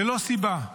ללא סיבה.